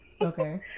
Okay